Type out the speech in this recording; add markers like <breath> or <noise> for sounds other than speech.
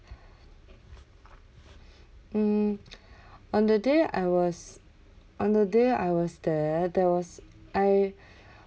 <breath> mm <breath> on the day I was on the day I was there there was I <breath>